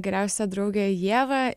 geriausia draugė ieva